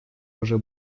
уже